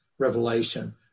Revelation